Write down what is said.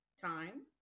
time